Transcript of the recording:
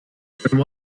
there